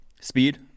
speed